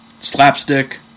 Slapstick